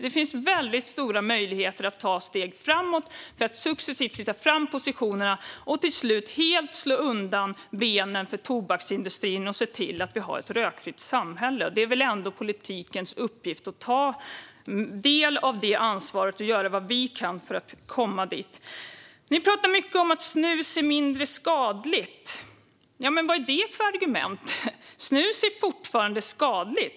Det finns väldigt stora möjligheter att ta steg framåt för att successivt flytta fram positionerna och till slut helt slå undan benen för tobaksindustrin och se till att vi har ett rökfritt samhälle. Det är väl ändå politikens uppgift att ta det ansvaret och göra vad man kan för att komma dit? Ni pratar mycket om att snus är mindre skadligt. Ja, men vad är det för argument? Snus är fortfarande skadligt.